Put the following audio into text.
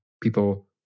people